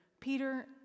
Peter